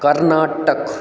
Karnataka